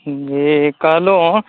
जी कहलहुँ